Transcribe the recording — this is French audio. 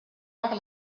par